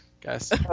guys